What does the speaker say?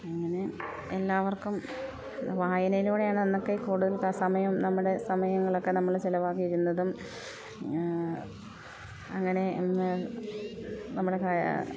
അങ്ങനെ എല്ലാവർക്കും വായനയിലൂടെയാണ് അന്നൊക്കെ കൂടുതൽ സമയം നമ്മുടെ സമയങ്ങളൊക്കെ നമ്മൾ ചിലവാക്കിയിരുന്നതും അങ്ങനെ നമ്മുടെ